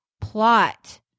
plot